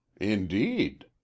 Indeed